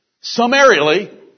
summarily